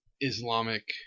Islamic